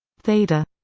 theta